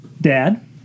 Dad